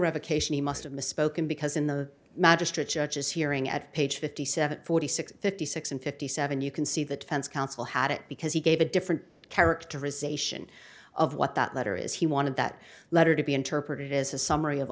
revocation he must have misspoken because in the magistrate judge is hearing at page fifty seven forty six fifty six and fifty seven you can see the defense counsel had it because he gave a different characterization of what that letter is he wanted that letter to be interpreted as a summary of